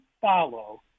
follow